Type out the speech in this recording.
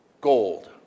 gold